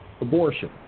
Abortion